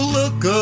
look